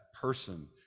person